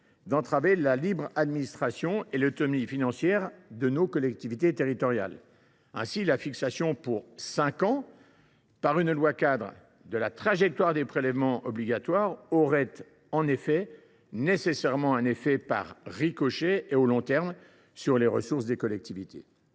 d’entraver la libre administration et l’autonomie financière de nos collectivités territoriales. Ainsi, la fixation pour cinq ans dans une loi cadre de la trajectoire des prélèvements obligatoires aurait nécessairement un effet par ricochet et de long terme sur les ressources des collectivités.